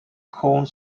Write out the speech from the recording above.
cone